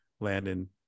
Landon